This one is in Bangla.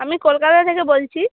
আমি কলকাতা থেকে বলছি